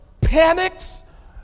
panics